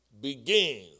begins